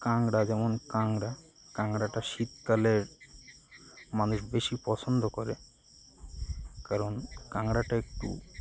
কাঁকড়া যেমন কাঁকড়া কাঁকড়াটা শীতকালের মানুষ বেশি পছন্দ করে কারণ কাঁকড়াটা একটু